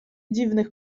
dziwnych